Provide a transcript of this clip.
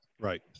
right